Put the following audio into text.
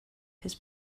his